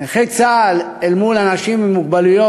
נכה צה"ל אל מול אנשים עם מוגבלויות,